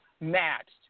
matched